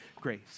Grace